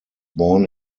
born